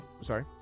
sorry